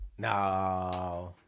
No